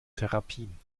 therapien